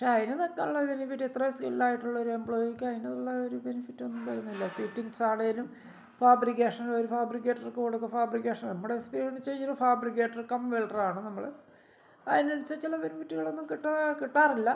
പക്ഷെ അതിന് തക്ക ഉള്ളൊരു ലിമിറ്റ് ഇത്ര സ്കിൽഡായിട്ടുള്ള ഒരു എമ്പ്ലോയിക്ക് അതിനുള്ള ഒരു ബെനിഫിറ്റൊന്നും തരുന്നില്ല ഫിറ്റിങ്സാണെങ്കിലും ഫാബ്രിക്കേഷൻ വരും ഫാബ്രിക്കേറ്റർക്ക് കൊടുക്കും ഫാബ്രിക്കേഷൻ നമ്മുടെ സ്പീഡിൽ ചെയ്യുന്ന ഫാബ്രിക്കേറ്റർ കം വെൽഡറാണ് നമ്മൾ അതിനനുസരിച്ചുള്ള ബെനിഫിറ്റുകളൊന്നും കിട്ടുക കിട്ടാറില്ല